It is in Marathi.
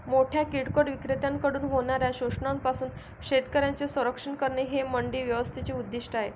मोठ्या किरकोळ विक्रेत्यांकडून होणाऱ्या शोषणापासून शेतकऱ्यांचे संरक्षण करणे हे मंडी व्यवस्थेचे उद्दिष्ट आहे